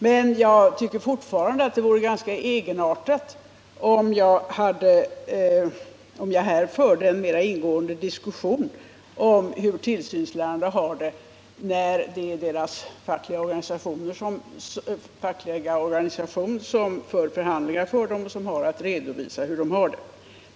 Men jag tycker fortfarande att det vore ganska egenartat om jag här förde en mer ingående diskussion om tillsynslärarnas arbetssituation, när det är deras fackliga organisation som förhandlar för dem och som har att redovisa hur de har det.